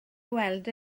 weld